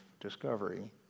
discovery